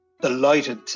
delighted